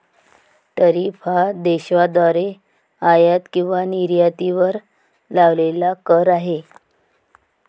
tariff हा देशाद्वारे आयात किंवा निर्यातीवर लावलेला कर आहे